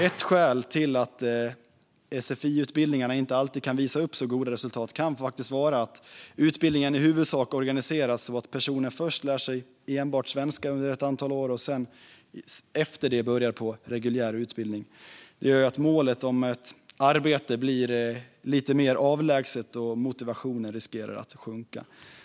Ett skäl till att man inte alltid kan visa upp så goda resultat när det gäller sfi-utbildningarna kan faktiskt vara att utbildningen i huvudsak organiseras så att personen först lär sig enbart svenska under ett antal år och efter det börjar en reguljär utbildning. Det gör att målet om ett arbete blir lite mer avlägset och att motivationen riskerar att sjunka.